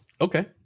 Okay